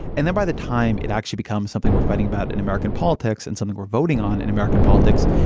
and then by the time it actually becomes something we're fighting about in american politics and something we're voting on in american politics,